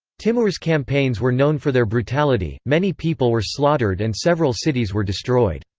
timur's campaigns were known for their brutality many people were slaughtered and several cities were destroyed.